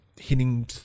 hitting